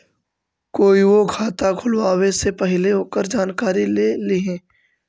कोईओ खाता खुलवावे से पहिले ओकर जानकारी ले लिहें